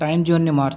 time జోన్ని మార్చు